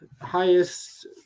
highest